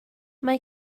mae